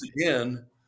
again